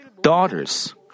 daughters